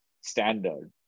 standard